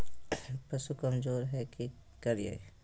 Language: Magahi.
पशु कमज़ोर है कि करिये?